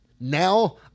now